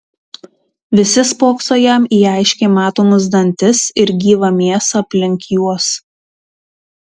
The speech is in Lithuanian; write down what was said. visi spokso jam į aiškiai matomus dantis ir gyvą mėsą aplink juos